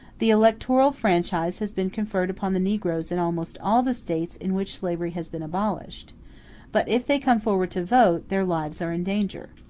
the electoral franchise has been conferred upon the negroes in almost all the states in which slavery has been abolished but if they come forward to vote, their lives are in danger.